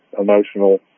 emotional